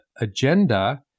agenda